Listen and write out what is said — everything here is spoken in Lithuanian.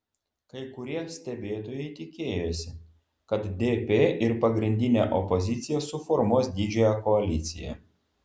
kai kurie stebėtojai tikėjosi kad dp ir pagrindinė opozicija suformuos didžiąją koaliciją